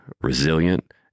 resilient